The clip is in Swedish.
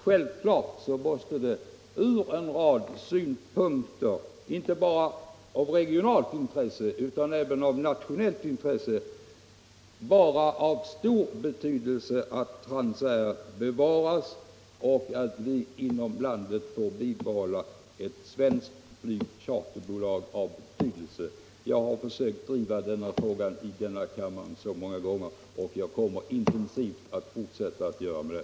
Självklart måste det från en rad synpunkter vara inte bara ett regionalt utan även ett nationellt intresse och av stor vikt att Transair bevaras samt att vi inom landet får behålla ett svenskt charterflygbolag av betydelse. Jag har försökt att intensivt driva denna fråga här i kammaren många gånger, och jag kommer att fortsätta med det.